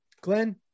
glenn